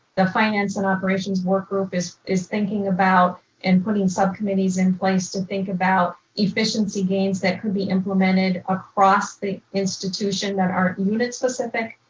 the finance and operations work group is is thinking about and putting subcommittees in place to think about efficiency gains that could be implemented across the institution that aren't unit specific.